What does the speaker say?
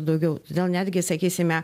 daugiau todėl netgi sakysime